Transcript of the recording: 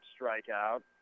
strikeout